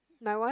my what